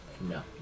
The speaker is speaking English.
No